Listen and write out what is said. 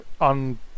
on